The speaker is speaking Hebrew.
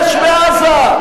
מצור, מצור יש בעזה?